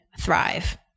thrive